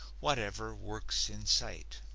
whatever work's in sight.